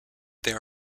there